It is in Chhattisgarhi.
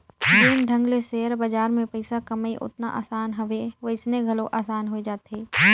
जेन ढंग ले सेयर बजार में पइसा कमई ओतना असान हवे वइसने घलो असान होए जाथे